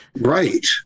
Right